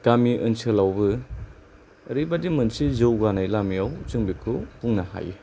गामि ओनसोलआवबो ओरैबायदि मोनसे जौगानायनि लामायाव जों बेखौ बुंनो हायो